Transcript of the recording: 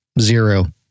Zero